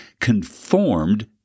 conformed